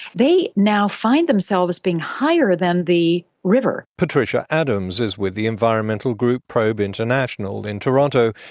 they now find themselves being higher than the river. patricia adams is with the environmental group probe international in toronto,